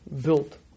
built